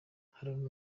haruna